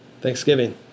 Thanksgiving